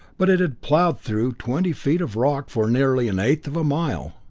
but it had plowed through twenty feet of rock for nearly an eighth of a mile.